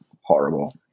horrible